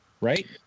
right